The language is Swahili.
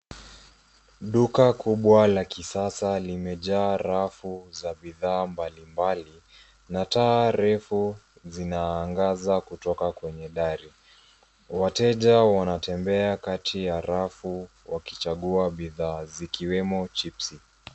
Duka kubwa la kisasa limejaa rafu za bidhaa mbali mbali na taa refu zinaangaza kutoka kwenye dari. Wateja wanatembea kati ya rafu wakichagua bidhaa zikiwemo chipsi.